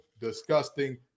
disgusting